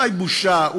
אולי בושה,